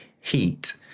heat